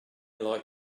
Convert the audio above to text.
like